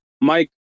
Mike